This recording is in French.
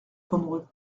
pomereux